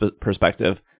perspective